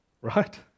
right